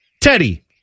Teddy